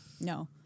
No